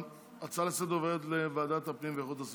ההצעה לסדר-היום עוברת לוועדת הפנים ואיכות הסביבה.